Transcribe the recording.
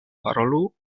parolu